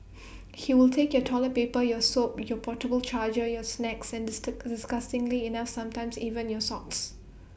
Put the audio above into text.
he will take your toilet paper your soap your portable charger your snacks and disgustingly enough sometimes even your socks